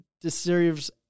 deserves